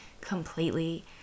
completely